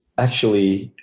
actually,